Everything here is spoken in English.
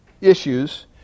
issues